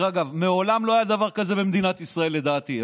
מעולם לא היה דבר כזה במדינת ישראל, לדעתי.